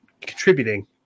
contributing